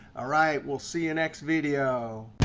ah right, we'll see you next video.